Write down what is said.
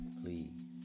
please